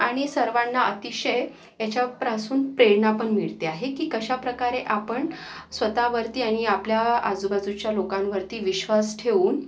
आणि सर्वांना अतिशय याच्यापासून प्रेरणा पण मिळते आहे की कशा प्रकारे आपण स्वतःवरती आणि आपल्या आजूबाजूच्या लोकांवरती विश्वास ठेऊन